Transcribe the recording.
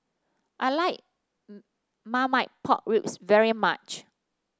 I like Marmite Pork Ribs very much